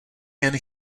jen